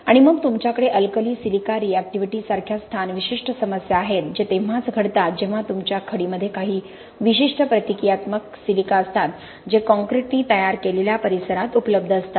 आणि मग तुमच्याकडे अल्कली सिलिका रिऍक्टिव्हिटी सारख्या स्थानविशिष्ठ समस्या आहेत जे तेव्हाच घडतात जेव्हा तुमच्या खडी मध्ये काही विशिष्ट प्रतिक्रियात्मक सिलिका असतात जे कॉंक्रिटने तयार केलेल्या परिसरात उपलब्ध असतात